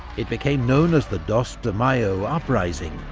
it became known as the dos de mayo uprising,